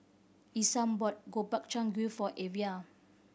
Isam brought Gobchang Gui for Evia